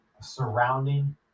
surrounding